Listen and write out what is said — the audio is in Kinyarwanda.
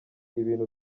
ibintu